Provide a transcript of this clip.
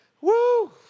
Woo